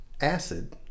acid